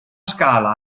scala